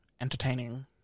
entertaining